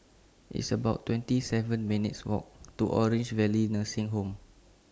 It's about twenty seven minutes' Walk to Orange Valley Nursing Home